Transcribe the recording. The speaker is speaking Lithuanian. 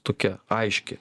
tokia aiški